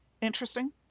interesting